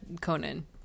Conan